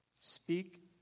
Speak